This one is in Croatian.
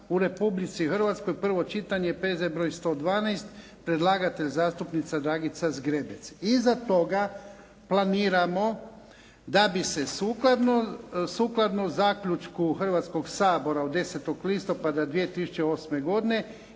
u Republici Hrvatskoj, prvo čitanje, P.Z. br. 112. Predlagatelj zastupnica Dragica Zgrebec. Iza toga planiramo da bi se sukladno zaključku Hrvatskog sabora od 10. listopada 2008. godine